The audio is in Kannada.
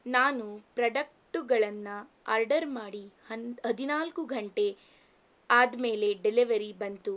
ನಾನು ಪ್ರಡಕ್ಟುಗಳನ್ನು ಅರ್ಡರ್ ಮಾಡಿ ಹನ್ ಹದಿನಾಲ್ಕು ಗಂಟೆ ಆದಮೇಲೆ ಡಿಲೆವರಿ ಬಂತು